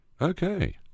Okay